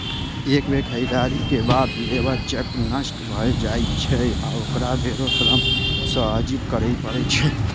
एक बेर खरीदारी के बाद लेबर चेक नष्ट भए जाइ छै आ ओकरा फेरो श्रम सँ अर्जित करै पड़ै छै